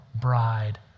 bride